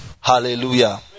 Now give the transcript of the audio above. Hallelujah